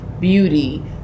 beauty